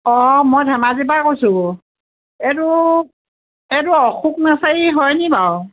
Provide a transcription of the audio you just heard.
অঁ মই ধেমাজি পা কৈছোঁ এইটো এইটো অশোক নাৰ্চাৰী হয় নি বাৰু